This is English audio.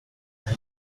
this